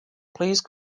please